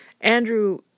Andrew